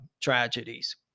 tragedies